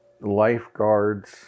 lifeguards